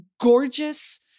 gorgeous